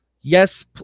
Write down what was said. Yes